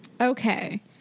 Okay